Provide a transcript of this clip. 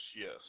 yes